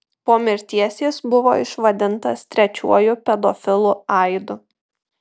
po mirties jis buvo išvadintas trečiuoju pedofilu aidu